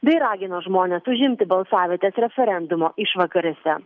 bei ragino žmones užimti balsavietes referendumo išvakarėse